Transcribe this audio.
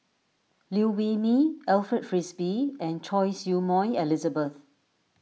Liew Wee Mee Alfred Frisby and Choy Su Moi Elizabeth